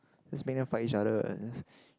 just make them fight each other then just